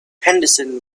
henderson